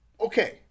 Okay